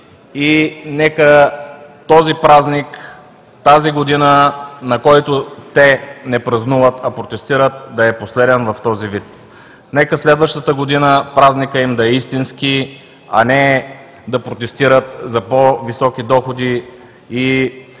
и нека този празник тази година, на който те не празнуват, а протестират, да е последен в този вид! Нека следваща година празникът им да е истински, а не да протестират за по-високи доходи и за